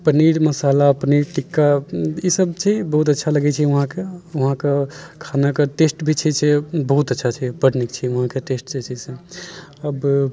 पनीर मसाला पनीर टिक्का ई सब छै बहुत अच्छा लगैत छै वहाँके खानाके टेस्ट भी छै से बहुत अच्छा छै बड नीक छै वहाँके टेस्ट जे छै से अब